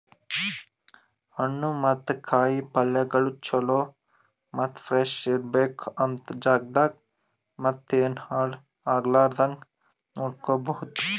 ಹಣ್ಣು ಮತ್ತ ಕಾಯಿ ಪಲ್ಯಗೊಳ್ ಚಲೋ ಮತ್ತ ಫ್ರೆಶ್ ಇರ್ಬೇಕು ಅಂತ್ ಜಾಗದಾಗ್ ಮತ್ತ ಏನು ಹಾಳ್ ಆಗಲಾರದಂಗ ನೋಡ್ಕೋಮದ್